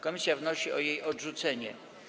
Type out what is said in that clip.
Komisja wnosi o jej odrzucenie.